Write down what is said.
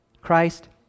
Christ